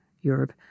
Europe